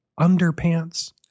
underpants